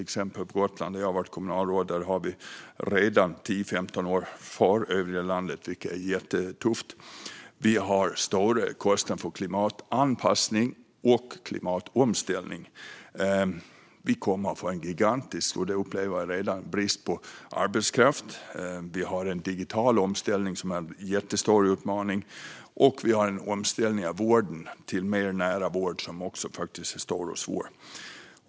Exempelvis på Gotland, där jag har varit kommunalråd, ligger vi redan 10-15 år före övriga landet, vilket är jättetufft. Vi har stora kostnader för klimatanpassning och klimatomställning. Vi kommer att få - jag upplever det redan - en gigantisk brist på arbetskraft. Vi har en digital omställning som är en jättestor utmaning. Vi har en omställning av vården till mer nära vård, som också är stor och svår.